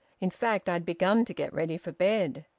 in fact i'd begun to get ready for bed.